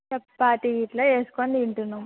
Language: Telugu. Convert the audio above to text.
చపాతీ ఇట్లా వేసుకుని తింటున్నాం